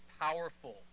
powerful